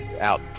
out